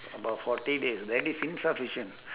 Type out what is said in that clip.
about forty days that is insufficient